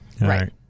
right